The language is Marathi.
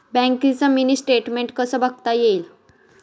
बँकेचं मिनी स्टेटमेन्ट कसं बघता येईल?